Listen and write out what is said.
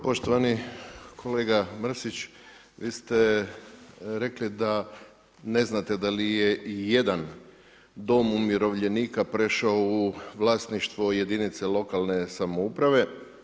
Poštovani kolega Mrsić, vi ste rekli da ne znate da li je i jedan dom umirovljenika prešao u vlasništvo jedinice lokalne samouprave.